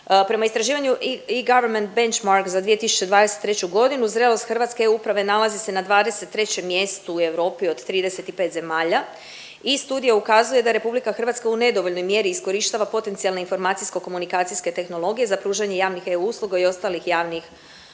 Prema istraživanju eGovernment Benchmark za 2023. godinu zrelost hrvatske e-uprave nalazi se na 23. mjestu u Europi od 35 zemalja i studija ukazuje da RH u nedovoljnoj mjeri iskorištava potencijalne informacijsko komunikacijske tehnologije za pružanje javnih e-usluga i ostalih javnih usluga.